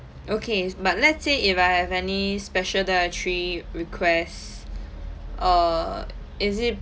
okay but let's say if I have any special dietary requests err is it